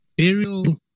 Aerial